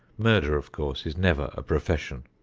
murder, of course, is never a profession.